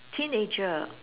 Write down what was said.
teenager